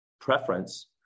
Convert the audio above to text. preference